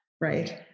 Right